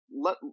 Let